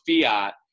fiat